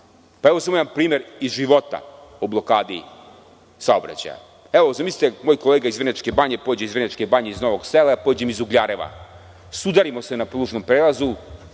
pa evo samo jedan primer iz života o blokadi saobraćaja. Zamislite, moj kolega pođe iz Vrnjačke Banje iz Novog Sela, ja pođem iz Ugljareva sudarimo se na pružnom prelazu.